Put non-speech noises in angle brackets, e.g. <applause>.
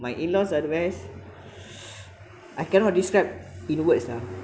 my in laws are the best <breath> I cannot describe in words lah